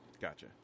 Gotcha